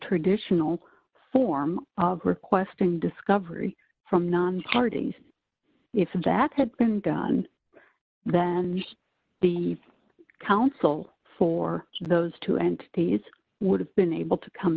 traditional form of requesting discovery from non parties if that had been done then the counsel for those two entities would have been able to come